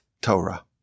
Torah